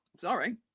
sorry